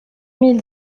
mille